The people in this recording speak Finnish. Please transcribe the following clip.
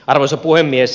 arvoisa puhemies